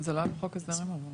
זה לא היה בחוק הסדרים, אבל.